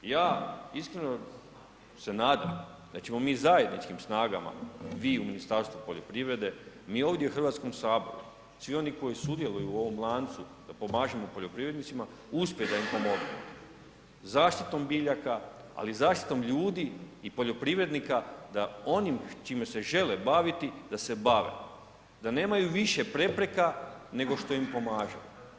Ja iskreno se nadam da ćemo mi zajedničkim snagama, vi u Ministarstvu poljoprivrede, mi ovdje u Hrvatskom saboru, svi oni koji sudjeluju u ovom lancu da pomažemo poljoprivrednicima uspjeti da im pomognemo zaštitom biljaka ali i zaštitom ljudi i poljoprivrednika da onim čime se žele baviti da se bave, da nemaju više prepreka nego što im pomaže.